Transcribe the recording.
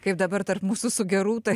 kaip dabar tarp mūsų su gerūta